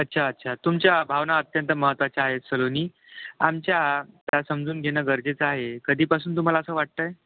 अच्छा अच्छा तुमच्या भावना अत्यंत महत्त्वाच्या आहे सलोनी आमच्या त्या समजून घेणं गरजेचं आहे कधीपासून तुम्हाला असं वाटत आहे